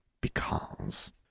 Because